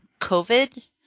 covid